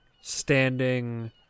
standing